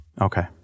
Okay